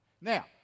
Now